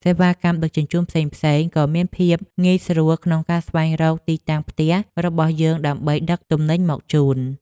សេវាកម្មដឹកជញ្ជូនផ្សេងៗក៏មានភាពងាយស្រួលក្នុងការស្វែងរកទីតាំងផ្ទះរបស់យើងដើម្បីដឹកទំនិញមកជូន។